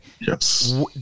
Yes